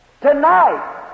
tonight